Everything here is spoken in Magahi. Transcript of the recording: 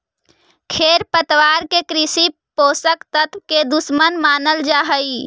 खेरपतवार के कृषि पोषक तत्व के दुश्मन मानल जा हई